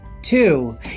two